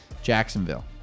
Jacksonville